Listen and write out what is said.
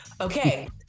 Okay